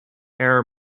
heir